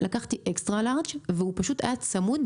לקחתי XL והוא פשוט היה צמוד,